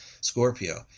Scorpio